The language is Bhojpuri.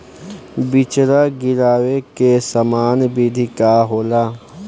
बिचड़ा गिरावे के सामान्य विधि का होला?